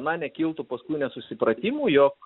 na nekiltų paskui nesusipratimų jog